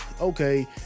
okay